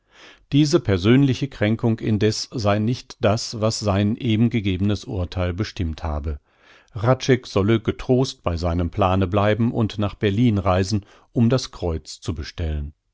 diese persönliche kränkung indeß sei nicht das was sein eben gegebenes urtheil bestimmt habe hradscheck solle getrost bei seinem plane bleiben und nach berlin reisen um das kreuz zu bestellen